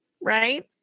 right